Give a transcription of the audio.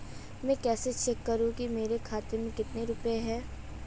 मैं कैसे चेक करूं कि मेरे खाते में कितने रुपए हैं?